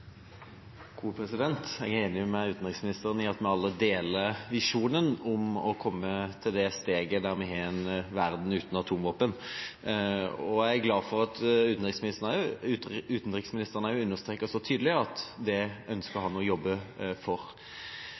å komme til det steget der vi har en verden uten atomvåpen, og jeg er glad for at utenriksministeren også understreker så tydelig at det ønsker han å jobbe for.